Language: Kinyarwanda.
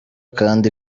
kandi